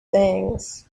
things